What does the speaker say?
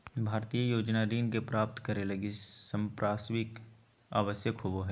भारतीय योजना ऋण के प्राप्तं करे लगी संपार्श्विक आवश्यक होबो हइ